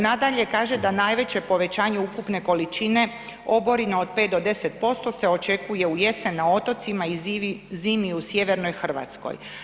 Nadalje, kaže da najveće povećanje ukupne količine oborina od 5-10% se očekuje u jesen na otocima i zimi u sjevernoj Hrvatskoj.